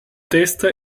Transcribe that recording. testa